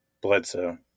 Bledsoe